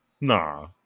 Nah